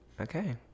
Okay